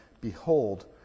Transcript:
Behold